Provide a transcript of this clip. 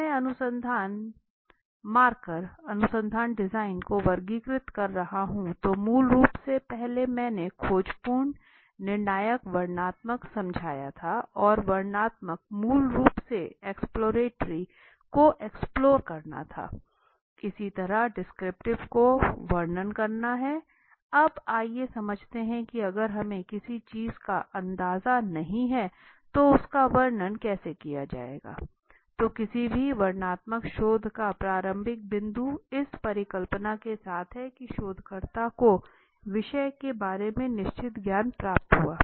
जब मैं अनुसंधान मार्कर अनुसंधान डिजाइन को वर्गीकृत कर रहा हूं तो मूल रूप से मैंने पहले खोजपूर्ण निर्णायक वर्णनात्मक समझाया था और वर्णनात्मक मूल रूप से एक्सप्लोरेटरी को एक्सप्लोर करना था इसी तरह डिस्क्रिप्टिव को वर्णन करना है अब आइए समझते हैं अगर हमें किसी चीज का अंदाजा नहीं है तो उसका वर्णन कैसे किया जाएगा तो किसी भी वर्णनात्मक शोध का प्रारंभिक बिंदु इस परिकल्पना के साथ है कि शोधकर्ता को विषय के बारे में निश्चित ज्ञान प्राप्त हुआ